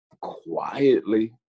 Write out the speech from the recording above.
quietly